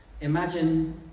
Imagine